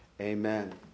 Amen